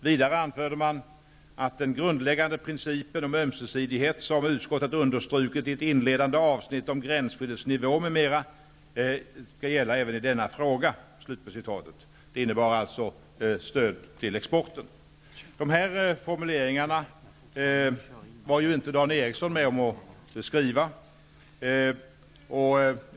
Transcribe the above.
Vidare anförde man: ''Den grundläggande principen om ömsesidighet som utskottet understrukit i ett inledande avsnitt om gränsskyddets nivå m.m. skall gälla även i denna fråga.'' Det innebar alltså ett stöd till exporten. De här formuleringarna var ju inte Dan Ericsson i Kolmården med om att skriva.